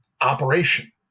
operation